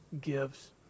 gives